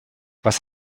was